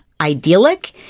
idyllic